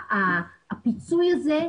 הפיצוי הזה,